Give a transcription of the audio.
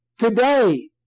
Today